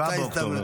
7 באוקטובר.